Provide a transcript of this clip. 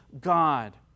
God